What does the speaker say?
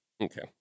Okay